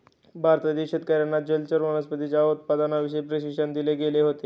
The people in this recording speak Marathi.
भारतातील शेतकर्यांना जलचर वनस्पतींच्या उत्पादनाविषयी प्रशिक्षण दिले गेले होते